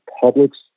public's